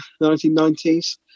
1990s